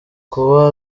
kuba